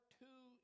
two